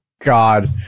God